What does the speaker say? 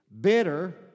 bitter